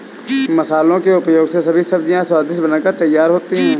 मसालों के उपयोग से सभी सब्जियां स्वादिष्ट बनकर तैयार होती हैं